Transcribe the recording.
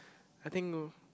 I think no